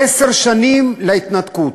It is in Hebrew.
עשר שנים להתנתקות,